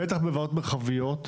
בטח בוועדות מרחביות,